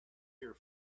here